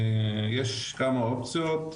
יש כמה אופציות,